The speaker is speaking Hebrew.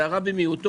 זה הרע במיעוטו,